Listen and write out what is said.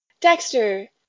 Dexter